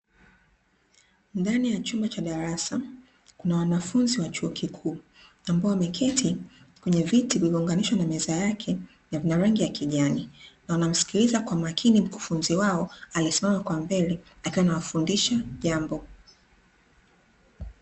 Ndani ya chumba cha darasa, kuna wanafunzi wa chuo kikuu, ambao wameketi kwenye viti vilivyounganishwa na meza yake na vina rangi ya kijani. Na wanamsikiliza kwa makini mkufunzi wao, aliyesimama kwa mbele, akiwa anawafundisha jambo.